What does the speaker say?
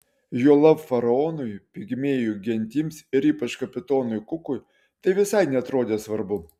juolab faraonui pigmėjų gentims ir ypač kapitonui kukui tai visai neatrodė svarbu